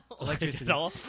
Electricity